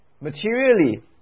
materially